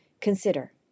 Consider